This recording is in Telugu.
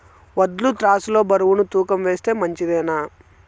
వడ్లు త్రాసు లో బరువును తూకం వేస్తే మంచిదేనా?